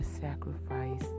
sacrifice